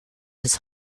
his